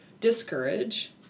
discourage